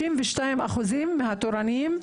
52% מהמתמחים, התורנים,